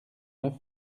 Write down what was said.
neuf